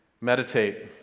Meditate